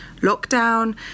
lockdown